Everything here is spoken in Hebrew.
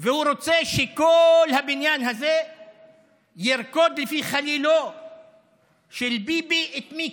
והוא רוצה שכל הבניין הזה ירקוד לפי חלילו של ביבי את מיקי.